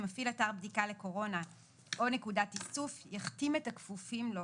9. מפעיל אתר הבדיקה לקורונה או נקודת איסוף יפעל להחתמת הכפופים לו,